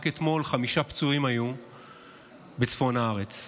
רק אתמול היו חמישה פצועים בצפון הארץ.